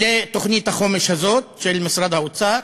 החומש הזאת, של משרד האוצר,